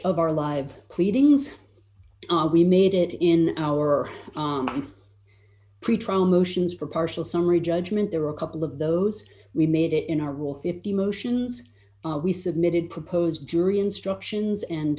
of our live pleadings we made it in our pre trial motions for partial summary judgment there were a couple of those we made it in our will fifty motions we submitted proposed jury instructions and